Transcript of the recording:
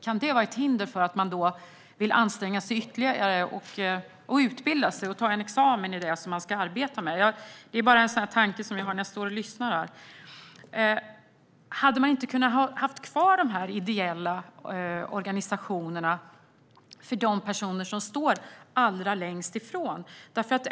Kan det vara ett hinder för att de vill anstränga sig ytterligare, utbilda sig och ta en examen i det som de ska arbeta med? Det är bara en tanke som jag har när jag står och lyssnar. Hade man inte kunnat ha kvar de ideella organisationerna för de personer som står allra längst ifrån?